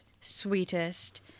sweetest